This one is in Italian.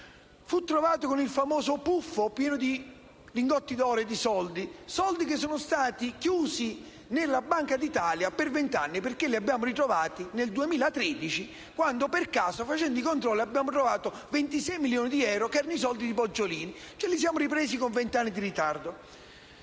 fu trovato con il famoso *puff* pieno di lingotti d'oro e di soldi. Questi soldi sono stati chiusi nella Banca d'Italia per vent'anni, perché sono stati ritrovati nel 2013 quando, per caso, facendo dei controlli, sono stati ritrovati 26 milioni di euro, i soldi di Poggiolini. Ce li siamo ripresi con vent'anni di ritardo.